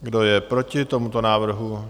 Kdo je proti tomuto návrhu?